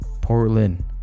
Portland